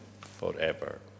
forever